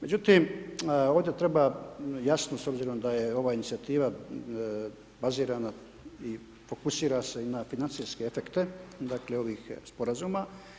Međutim, ovdje treba jasno, s obzirom da je ova inicijativa bazirana i fokusira se i na financijske efekte ovih sporazuma.